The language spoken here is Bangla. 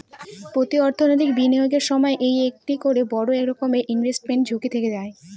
প্রতি অর্থনৈতিক বিনিয়োগের সময় এই একটা করে বড়ো রকমের ইনভেস্টমেন্ট ঝুঁকি থেকে যায়